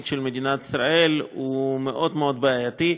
של מדינת ישראל הוא מאוד מאוד בעייתי,